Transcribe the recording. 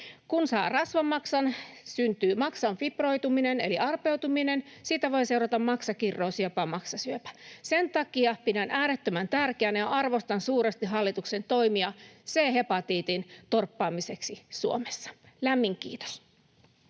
Kun saa rasvamaksan, syntyy maksan fibroituminen eli arpeutuminen, ja siitä voi seurata maksakirroosi ja jopa maksasyöpä. Sen takia pidän äärettömän tärkeänä ja arvostan suuresti hallituksen toimia C-hepatiitin torppaamiseksi Suomessa. — Lämmin kiitos.